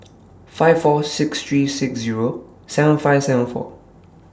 five four six three six Zero seven five seven four